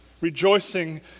rejoicing